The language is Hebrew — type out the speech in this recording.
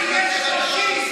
איך הגעת ל-17,000?